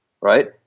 right